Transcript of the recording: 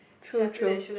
true true